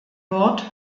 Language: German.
wort